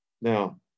Now